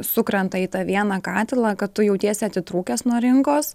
sukrenta į tą vieną katilą kad tu jautiesi atitrūkęs nuo rinkos